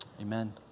amen